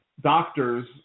doctors